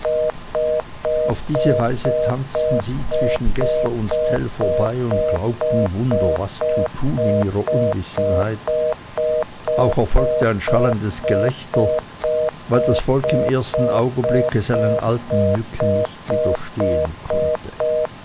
auf diese weise tanzten sie zwischen geßler und tell vorbei und glaubten wunder was zu tun in ihrer unwissenheit auch erfolgte ein schallendes gelächter weil das volk im ersten augenblicke seinen alten nücken nicht widerstehen konnte